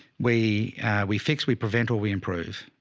we we fixed, we prevent or we improve.